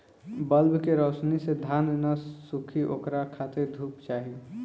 bulb के रौशनी से धान न सुखी ओकरा खातिर धूप चाही